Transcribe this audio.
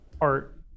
art